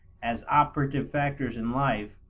as operative factors in life,